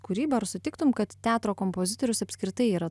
kūrybą ar sutiktum kad teatro kompozitorius apskritai yra